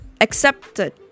accepted